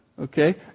okay